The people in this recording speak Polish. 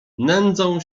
nędzą